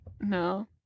no